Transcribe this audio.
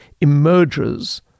emerges